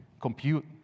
Compute